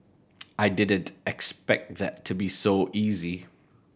I didn't expect that to be so easy